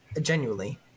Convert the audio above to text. genuinely